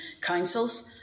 councils